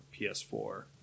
PS4